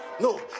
No